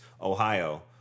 Ohio